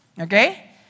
okay